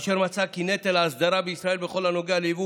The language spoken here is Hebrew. אשר מצאה כי נטל האסדרה בישראל בכל הנוגע ליבוא